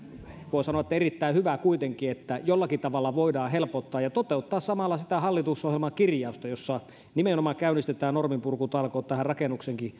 voi sanoa että erittäin hyvä kuitenkin että jollakin tavalla voidaan helpottaa ja toteuttaa samalla sitä hallitusohjelman kirjausta jossa nimenomaan käynnistetään norminpurkutalkoot tämän